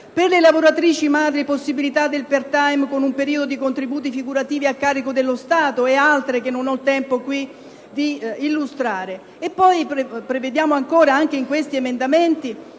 per le lavoratrici madri, la possibilità del *part time* con un periodo di contributi figurativi a carico dello Stato, ed altre misure che non ho tempo qui di illustrare. Prevediamo ancora, anche in questi emendamenti,